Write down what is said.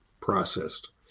processed